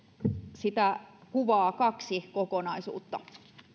kuvaa kaksi kokonaisuutta